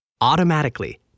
automatically